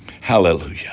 Hallelujah